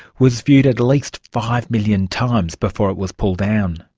was viewed at least five million times before it was pulled down.